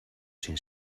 sin